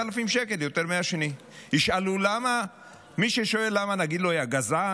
כך שאם מישהו רוצה לכעוס ולהתפרץ לדבריי,